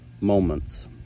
Moments